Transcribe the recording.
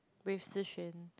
with Shi-Xuan